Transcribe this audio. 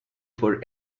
for